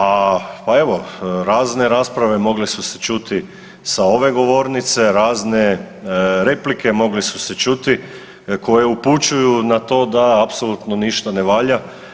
A pa evo razne rasprave mogle su se čuti sa ove govornice, razne replike mogle su se čuti koje upućuju na to da apsolutno ništa ne valja.